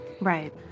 Right